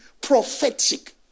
prophetic